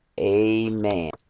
Amen